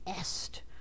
est